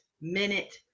minute